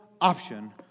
option